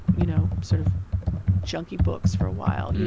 you know, sort of junky books for a while, yeah